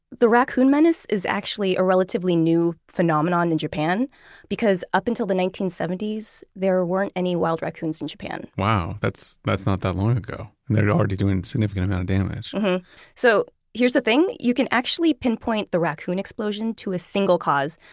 the raccoon menace is actually a relatively new phenomenon in japan because up until the nineteen seventy s there weren't any wild raccoons in japan wow. that's, that's not that long ago and they're already doing significant amount of damage so here's the thing, you can actually pinpoint the raccoon explosion to a single cause.